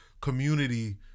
community